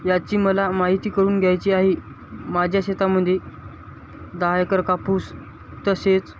याची मला माहिती करून घ्यायची आहे माझ्या शेतामध्ये दहा एकर कापूस तसेच